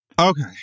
okay